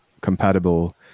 compatible